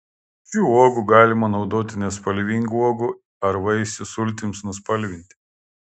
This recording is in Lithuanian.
šių uogų galima naudoti nespalvingų uogų ar vaisių sultims nuspalvinti